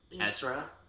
Ezra